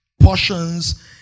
Portions